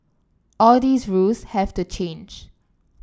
all these rules have to change